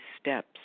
steps